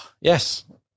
Yes